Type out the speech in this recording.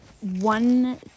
One